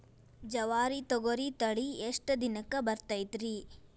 ಜವಾರಿ ತೊಗರಿ ತಳಿ ಎಷ್ಟ ದಿನಕ್ಕ ಬರತೈತ್ರಿ?